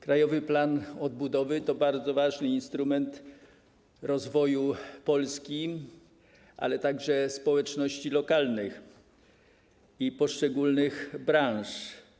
Krajowy Plan Odbudowy to bardzo ważny instrument rozwoju Polski, ale także społeczności lokalnych i poszczególnych branż.